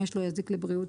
לא יזיק לבריאות